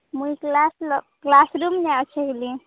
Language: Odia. ମୁଇଁ କ୍ଲାସ କ୍ଲାସ ରୁମ୍ ଯାଏ ଆସିଥିଲି